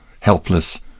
helpless